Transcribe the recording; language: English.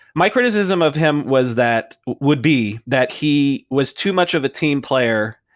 my criticism of him was that would be that he was too much of a team player,